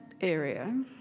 area